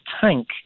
tank